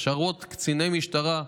הכשרות קציני משטרה,